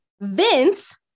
Vince